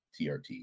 TRT